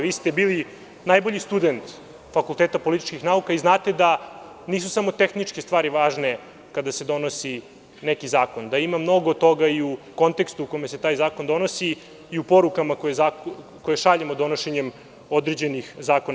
Vi ste bili najbolji student Fakulteta političkih nauka i znate da nisu samo tehničke stvari važne kada se donosi neki zakon, da ima mnogo toga i u kontekstu u kome se taj zakon donosi i u porukama koje šaljemo donošenjem određenih zakona.